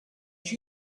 she